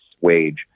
wage